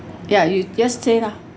ya you just say lah